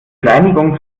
reinigung